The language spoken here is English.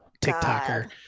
TikToker